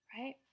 Right